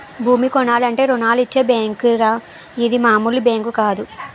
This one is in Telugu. భూమి కొనాలంటే రుణాలిచ్చే బేంకురా ఇది మాములు బేంకు కాదు